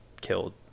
killed